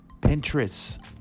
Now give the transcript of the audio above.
Pinterest